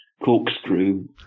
corkscrew